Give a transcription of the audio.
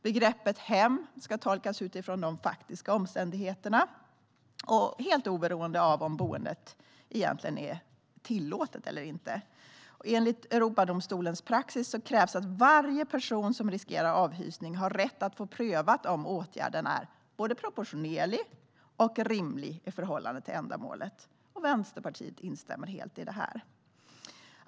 Begreppet "hem" ska tolkas utifrån de faktiska omständigheterna och helt oberoende av om boendet är tillåtet eller inte. Enligt Europadomstolens praxis krävs att varje person som riskerar avhysning har rätt att få prövat om åtgärden är både proportionerlig och rimlig i förhållande till ändamålet. Vänsterpartiet instämmer helt i detta.